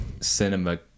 cinema